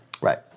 Right